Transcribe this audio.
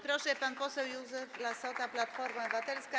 Proszę, pan poseł Józef Lassota, Platforma Obywatelska.